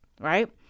right